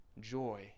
joy